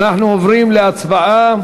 אנחנו עוברים להצבעה.